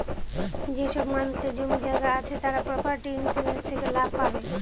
যেসব মানুষদের জমি জায়গা আছে তারা প্রপার্টি ইন্সুরেন্স থেকে লাভ পাবে